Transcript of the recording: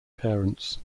parents